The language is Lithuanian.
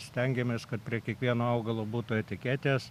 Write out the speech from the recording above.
stengiamės kad prie kiekvieno augalo būtų etiketės